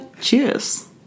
cheers